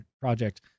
Project